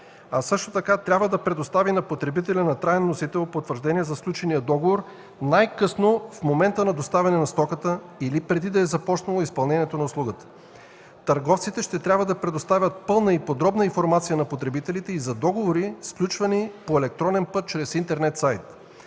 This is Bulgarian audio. а също така трябва да предостави на потребителя на траен носител потвърждение за сключения договор най-късно в момента на доставяне на стоката, или преди да е започнало изпълнението на услугата. Търговците ще трябва да предоставят пълна и подробна информация на потребителите и за договори, сключвани по електронен път чрез интернет сайт.